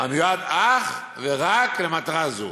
המיועד אך ורק למטרה זו.